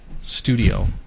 Studio